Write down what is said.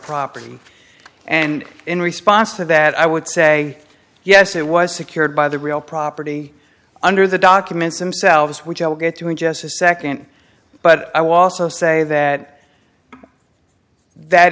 property and in response to that i would say yes it was secured by the real property under the documents themselves which i'll get to in just a second but i was so say that that